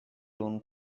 own